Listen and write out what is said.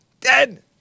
Dead